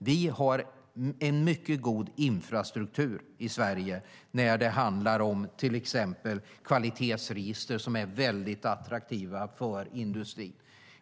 Vi har en mycket god infrastruktur i Sverige när det handlar om till exempel kvalitetsregister, som är väldigt attraktiva för industrin.